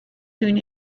soon